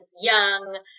young